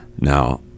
now